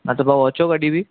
न त भाउ अचो कॾहिं बि